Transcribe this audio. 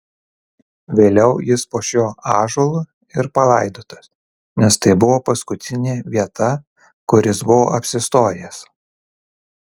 vėliau jis po šiuo ąžuolų ir palaidotas nes tai buvo paskutinė vieta kur jis buvo apsistojęs